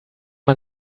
man